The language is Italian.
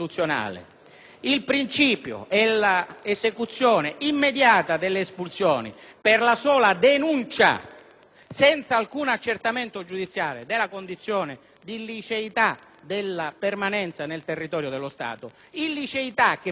senza alcun accertamento giudiziario, della condizione di illiceità della permanenza nel territorio dello Stato, illiceità che, per quanto riguarda i fatti antecedenti all'entrata in vigore della norma, non è dimostrabile. State dicendo che